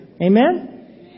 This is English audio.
Amen